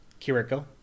Kiriko